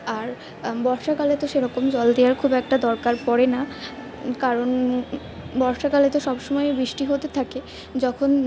আর বর্ষাকালে তো সেরকম জল দেওয়ার খুব একটা দরকার পড়ে না কারণ বর্ষাকালে তো সবসময়ে বৃষ্টি হতে থাকে যখন